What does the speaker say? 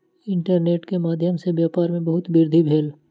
internet के माध्यम सॅ व्यापार में बहुत वृद्धि भेल